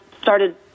started